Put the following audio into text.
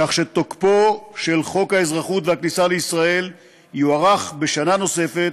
כך שתוקפו של חוק האזרחות והכניסה לישראל יוארך בשנה נוספת,